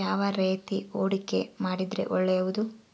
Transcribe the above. ಯಾವ ರೇತಿ ಹೂಡಿಕೆ ಮಾಡಿದ್ರೆ ಒಳ್ಳೆಯದು?